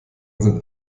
sind